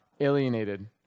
alienated